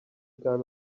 gun